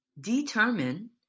determine